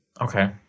Okay